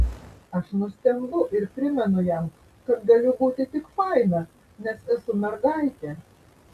aš nustembu ir primenu jam kad galiu būti tik faina nes esu mergaitė